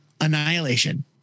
Annihilation